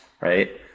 right